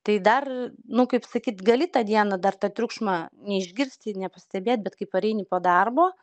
tai dar nu kaip sakyt gali tą dieną dar tą triukšmą neišgirsti nepastebėt bet kai pareini po darbo